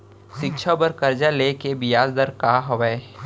शिक्षा बर कर्जा ले के बियाज दर का हवे?